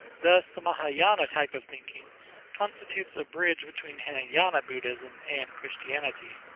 thus the mahayana type of thinking constitutes a bridge between hinayana buddhism and christianity.